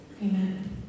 Amen